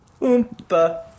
Oompa